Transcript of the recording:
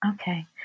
Okay